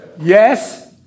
Yes